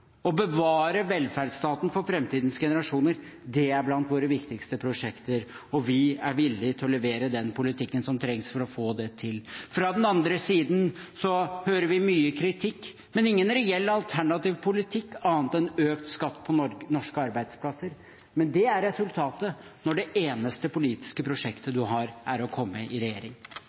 å bevare velferdsstaten for framtidens generasjoner, er blant våre viktigste prosjekter, og vi er villig til å levere den politikken som trengs for å få det til. Fra den andre siden hører vi mye kritikk, men ingen reell alternativ politikk, annet enn økt skatt på norske arbeidsplasser. Men det er resultatet når det eneste politiske prosjektet man har, er å komme i regjering.